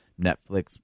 Netflix